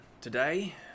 today